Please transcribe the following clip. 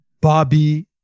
Bobby